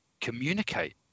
communicate